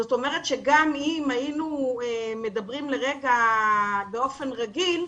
זאת אומרת, גם אם היינו מדברים לרגע באופן רגיל,